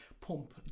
pump